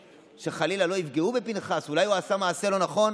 שחלילה לא יפגעו בפינחס שאולי הוא עשה מעשה לא נכון,